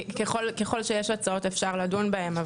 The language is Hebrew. ככל שיש הצעות, אפשר לדון בהם.